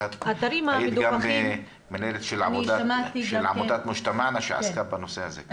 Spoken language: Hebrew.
היית גם מנהלת של עמותת מוג'תמענא שעסקה בנושא הזה.